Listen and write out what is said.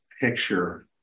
picture